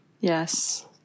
Yes